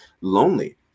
lonely